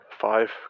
five